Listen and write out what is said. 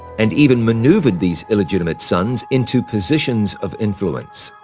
and even maneuvered these illegitimate sons into positions of influence.